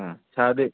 ꯑ ꯁꯥꯔꯗꯤ